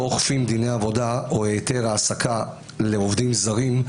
אוכפים דיני עבודה או היתר העסקה לעובדים זרים,